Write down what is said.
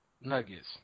Nuggets